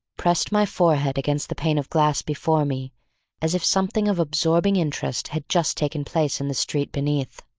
pressed my forehead against the pane of glass before me as if something of absorbing interest had just taken place in the street beneath.